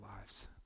lives